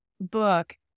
book